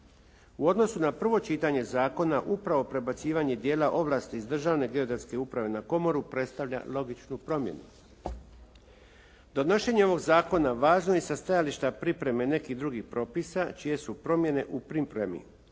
U odnosu na prvo čitanje zakona, upravo prebacivanje djela ovlasti iz Državne geodetske uprave na komoru predstavlja logičnu promjenu. Donošenjem ovog zakona važno je sa stajališta pripreme nekih drugih propisa čije su promjene u pripremi,